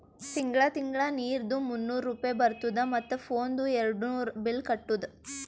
ತಿಂಗಳ ತಿಂಗಳಾ ನೀರ್ದು ಮೂನ್ನೂರ್ ರೂಪೆ ಬರ್ತುದ ಮತ್ತ ಫೋನ್ದು ಏರ್ಡ್ನೂರ್ ಬಿಲ್ ಕಟ್ಟುದ